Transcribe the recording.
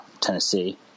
Tennessee